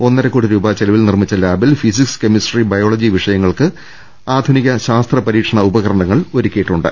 ഒന്നരക്കോടി രൂപ ചെലവിൽ നിർമ്മിച്ച ലാബിൽ ഫിസിക്സ് കെമിസ്ട്രി ബയോളജി വിഷയങ്ങൾക്ക് അത്യാധുനിക ശാസ്ത്ര പരീക്ഷണ ഉപകരണങ്ങൾ ഒരുക്കി യിട്ടുണ്ട്